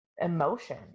emotion